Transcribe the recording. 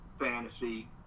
fantasy